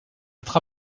être